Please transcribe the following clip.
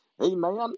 Amen